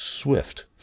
Swift